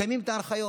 מקיימים את ההנחיות.